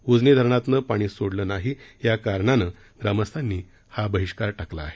उजनी धरणातनं पाणी सोडलं नाही या कारणानं ग्रामस्थांनी बहिष्कार टाकला आहे